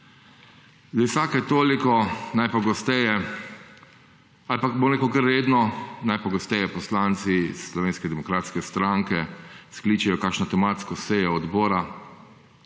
Vlade. Vsake toliko najpogosteje ali pa bom rekel kar redno, najpogosteje poslanci Slovenske demokratske stranke, skličejo kakšno tematsko sejo odbora